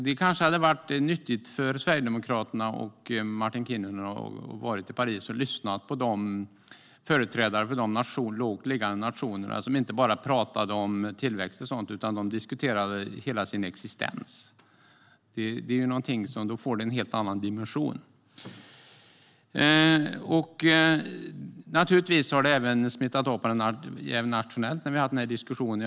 Det kanske hade varit nyttigt för Sverigedemokraterna och Martin Kinnunen att vara i Paris och lyssna på företrädarna för de lågt liggande nationer som inte bara talade om tillväxt och sådant. De diskuterade hela sin existens. Det är något som ger detta en helt annan dimension. Detta har även smittat av sig nationellt när vi för diskussionen.